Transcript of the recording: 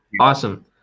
Awesome